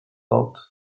topped